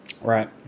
Right